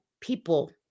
people